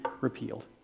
repealed